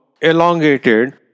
elongated